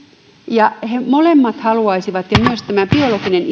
ja he molemmat haluaisivat ja myös tämä biologinen